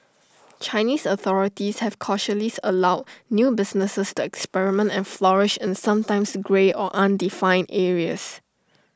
Chinese authorities have cautiously allowed new businesses to experiment and flourish in sometimes grey or undefined areas